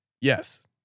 Yes